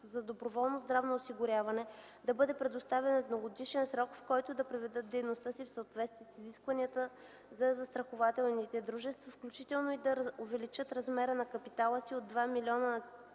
за доброволно здравно осигуряване да бъде предоставен едногодишен срок, в който да приведат дейността си в съответствие с изискванията за застрахователните дружества, включително и да увеличат размера на капитала си от 2 млн.